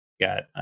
Got